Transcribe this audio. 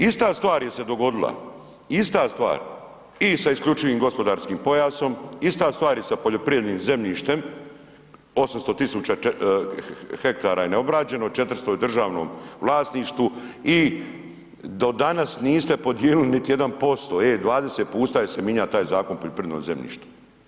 Ista stvar se je dogodila, ista stvar i sa isključivim gospodarskim pojasom, ista stvar je i sa poljoprivrednim zemljištem 800.000 hektara je neobrađeno, 400 je u državnom vlasništvu i do danas niste dobili niti 1%, e 20 puta se minja taj zakon o poljoprivrednom zemljištu.